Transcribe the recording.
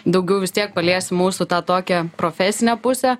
daugiau vis tiek paliesim mūsų tą tokią profesinę pusę